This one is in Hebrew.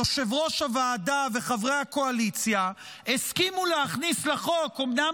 יושב-ראש הוועדה וחברי הקואליציה הסכימו להכניס לחוק אומנם